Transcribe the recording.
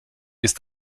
ist